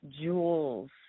jewels